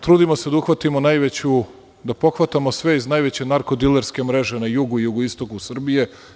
Trudimo se da pohvatamo sve iznajveće narko-dilerske mreže na jugu i jugoistoku Srbije.